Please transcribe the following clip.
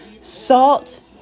Salt